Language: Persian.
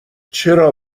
چرا